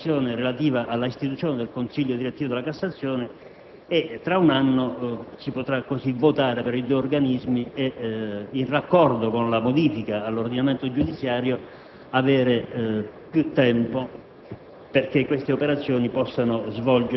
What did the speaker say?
di approvare la legislazione relativa all'istituzione del Consiglio direttivo della Cassazione. Tra un anno si potrà così votare per i due organismi e, in raccordo con la modifica dell'ordinamento giudiziario, avere più tempo